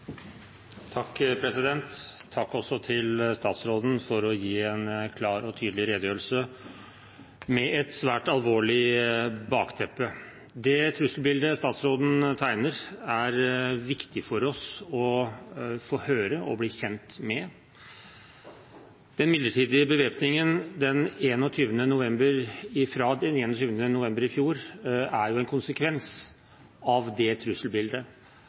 Takk til statsråden for å gi en klar og tydelig redegjørelse med et svært alvorlig bakteppe. Det trusselbildet statsråden tegner, er viktig for oss å få høre og bli kjent med. Den midlertidige bevæpningen fra 21. november i fjor er en konsekvens av det trusselbildet.